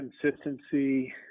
consistency